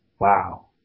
Wow